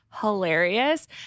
hilarious